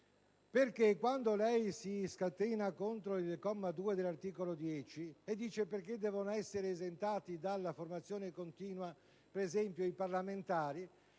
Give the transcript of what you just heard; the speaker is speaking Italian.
quando si scatena contro il comma 2 dell'articolo 10 e chiede perché devono essere esentati dalla formazione continua, per esempio, i parlamentari,